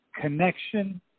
connection